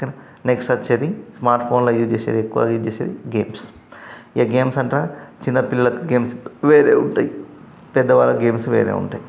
ఓకేనా నెక్స్ట్ వచ్చి స్మార్ట్ఫోన్ల యూజ్ చేసేది ఎక్కువ యూజ్ చేసేది గేమ్స్ ఇక గేమ్స్ అంటారా చిన్నపిల్లలకు గేమ్స్ వేరే ఉంటాయి పెద్దవాళ్ళ గేమ్స్ వేరే ఉంటాయి